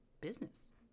business